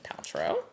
paltrow